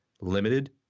limited